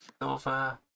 Silver